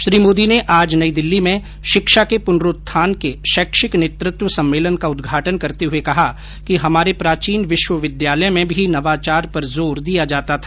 श्री मोदी ने आज नई दिल्ली में शिक्षा के पुनरूत्थान के शैक्षिक नेतृत्व सम्मेलन का उद्घाटन करते हुए कहा कि हमारे प्राचीन विश्वविद्यालय में भी नवाचार पर जोर दिया जाता था